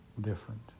different